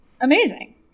Amazing